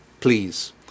please